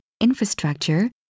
infrastructure